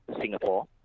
Singapore